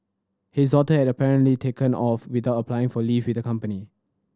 his daughter had apparently taken off without applying for leave with the company